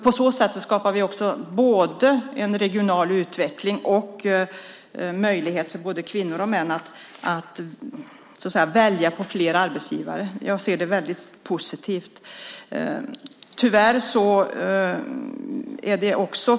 På så sätt skapar vi också en regional utveckling och möjligheter för både kvinnor och män att välja mellan fler arbetsgivare. Jag ser detta som någonting väldigt positivt.